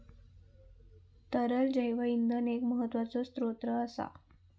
तरल जैव इंधन एक महत्त्वाचो स्त्रोत असा